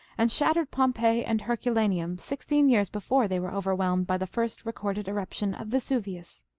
and shattered pompeii and herculaneum sixteen years before they were overwhelmed by the first recorded eruption of vesuvius.